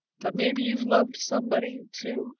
but maybe you've loved somebody, too,